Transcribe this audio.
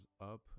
up